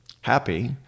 happy